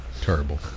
terrible